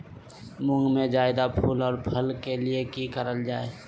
मुंग में जायदा फूल और फल के लिए की करल जाय?